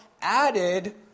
added